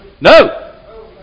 No